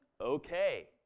okay